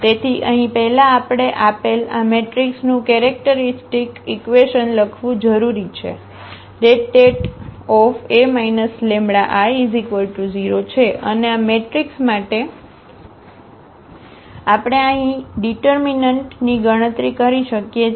તેથી અહીં પહેલા આપણે આપેલ આ મેટ્રિક્સનું કેરેક્ટરિસ્ટિક ઈક્વેશન લખવું જરૂરી છે જે det A λI 0 છે અને આ મેટ્રિક્સ માટે આપણે અહીં આ ડીટરમીનન્ટની ગણતરી કરી શકીએ છીએ